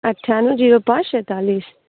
अट्ठाननबे zero पाँच सैंतालीस